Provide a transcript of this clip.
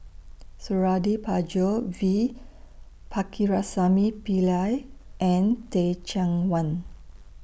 Suradi Parjo V Pakirisamy Pillai and Teh Cheang Wan